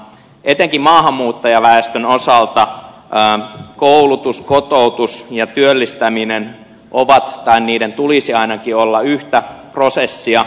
etenkin maahanmuuttajaväestön osalta koulutus kotoutus ja työllistäminen ovat tai niiden tulisi ainakin olla yhtä prosessia